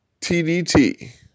TDT